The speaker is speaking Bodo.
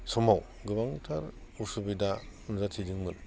समाव गोबांथार उसुबिदा नुजाथिदोंमोन